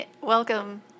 welcome